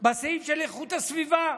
אלא בסעיף של איכות הסביבה.